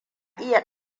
iya